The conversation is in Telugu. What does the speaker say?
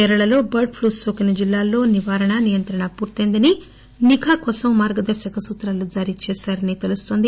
కేరళలో బర్డ్ ప్లూ సోకిన జిల్లాల్లో నివారణ నియంత్రణ పూర్తయిందని నిఘా కోసం మార్గదర్శక సూత్రాలు జారీ చేశారని తెలుస్తోంది